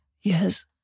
Yes